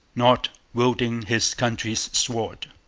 not wielding his country's sword.